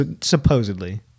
Supposedly